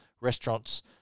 restaurants